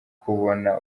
kubona